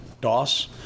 Doss